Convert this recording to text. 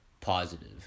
positive